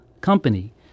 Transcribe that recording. company